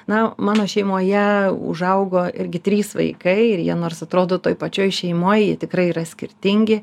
na mano šeimoje užaugo irgi trys vaikai ir jie nors atrodo toj pačioj šeimoj jie tikrai yra skirtingi